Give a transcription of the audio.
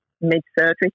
mid-surgery